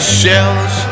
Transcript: shells